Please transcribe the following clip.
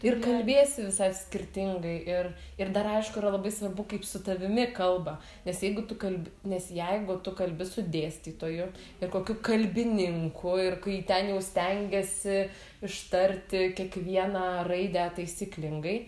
ir kalbėsiu visai skirtingai ir ir dar aišku yra labai svarbu kaip su tavimi kalba nes jeigu tu kalbi nes jeigu tu kalbi su dėstytoju ir kokiu kalbininku ir kai ten jau stengiesi ištarti kiekvieną raidę taisyklingai